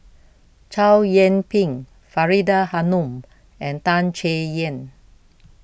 Chow Yian Ping Faridah Hanum and Tan Chay Yan